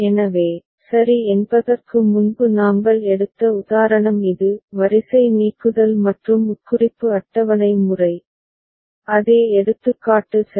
எனவே சரி என்பதற்கு முன்பு நாங்கள் எடுத்த உதாரணம் இது வரிசை நீக்குதல் மற்றும் உட்குறிப்பு அட்டவணை முறை அதே எடுத்துக்காட்டு சரி